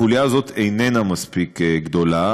החוליה הזאת איננה מספיק גדולה.